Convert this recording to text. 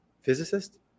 physicist